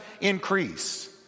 increase